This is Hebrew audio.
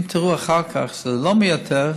אם תראו אחר כך שזה לא מייתר,